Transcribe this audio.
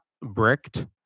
bricked